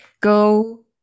go